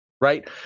right